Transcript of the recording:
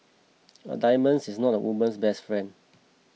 a diamond is not a woman's best friend